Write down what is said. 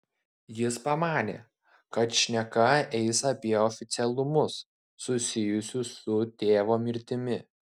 jis pamanė kad šneka eis apie oficialumus susijusius su tėvo mirtimi